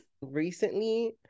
recently